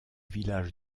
villages